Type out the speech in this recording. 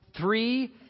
three